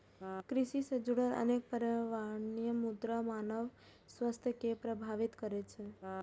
कृषि सं जुड़ल अनेक पर्यावरणीय मुद्दा मानव स्वास्थ्य कें प्रभावित करै छै